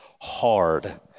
hard